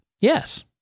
Yes